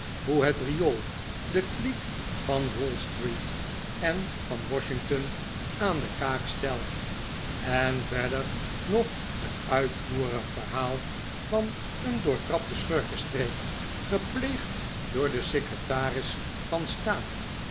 hoe het riool den kliek van wallstreet en van washington aan de kaak stelt en verder nog een uitvoerig verhaal van een doortrapten schurkenstreek gepleegd door den secretaris van staat